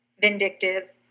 vindictive